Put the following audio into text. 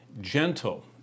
gentle